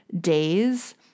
days